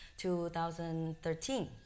2013